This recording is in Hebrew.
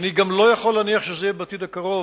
אני גם לא יכול להניח שזה יהיה בעתיד הקרוב.